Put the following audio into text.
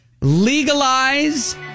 legalize